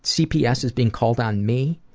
cps is being called on me?